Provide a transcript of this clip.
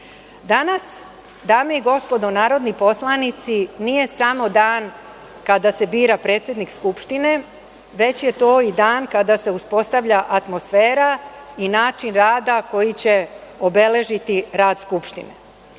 dame i gospodo narodni poslanici nije samo dan kada se bira predsednik Skupštine već je to i dan kada se uspostavlja atmosfera i način rada koji će obeležiti rad Skupštine.